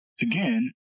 again